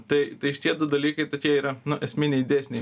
tai tai šitie du dalykai tokie yra nu esminiai dėsniai